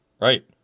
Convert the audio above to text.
right